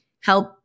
help